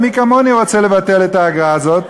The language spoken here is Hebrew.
מי כמוני רוצה לבטל את האגרה הזאת,